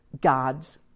God's